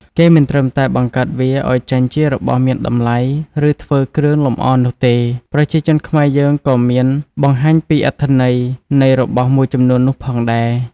គេមិនត្រឹមតែបង្កើតវាឲ្យចេញជារបស់មានតម្លៃ ឬធ្វើគ្រឿងលម្អនោះទេ ប្រជាជនខ្មែរយើងក៏មានបង្ហាញពីអត្ថន័យនៃរបស់មួយចំនួននោះផងដែរ។